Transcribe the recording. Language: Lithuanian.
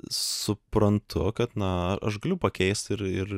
suprantu kad na aš galiu pakeist ir ir